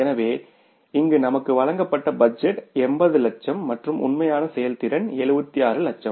எனவே இங்கு நமக்கு வழங்கப்பட்ட பட்ஜெட் 80 லட்சம் மற்றும் உண்மையான செயல்திறன் 76 லட்சம்